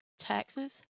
taxes